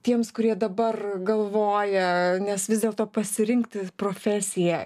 tiems kurie dabar galvoja nes vis dėlto pasirinkti profesiją